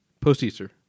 post-Easter